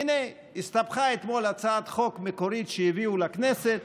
הינה, הסתבכה אתמול הצעת חוק מקורית שהביאו לכנסת,